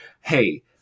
hey